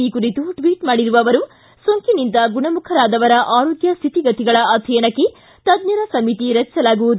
ಈ ಕುರಿತು ಟ್ವೀಟ್ ಮಾಡಿರುವ ಅವರು ಸೋಂಕಿನಿಂದ ಗುಣಮುಖರಾದವರ ಆರೋಗ್ಯ ಸ್ಥಿತಿಗತಿಗಳ ಅಧ್ಯಯನಕ್ಕೆ ತಜ್ಜರ ಸಮಿತಿ ರಚಿಸಲಾಗುವುದು